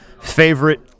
favorite